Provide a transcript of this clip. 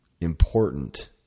important